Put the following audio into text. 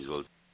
Izvolite.